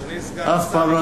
אדוני סגן השר, תתחשב,